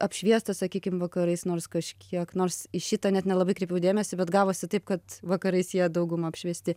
apšviesta sakykim vakarais nors kažkiek nors į šitą net nelabai kreipiau dėmesį bet gavosi taip kad vakarais jie dauguma apšviesti